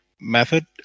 method